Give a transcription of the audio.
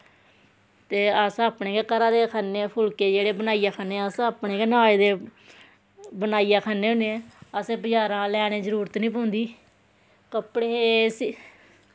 ते अस अपने गै घरा दे खन्ने ऐं फुल्के जेह्ड़े बनाइयै खन्ने अस अपने गै नाज दे बनाइयै खन्ने होन्ने ऐं असें बजारा लैने दी जरूरत निं पौंदी कपड़े